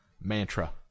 mantra